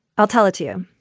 i'll tell it to you.